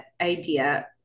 idea